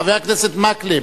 חבר הכנסת מקלב,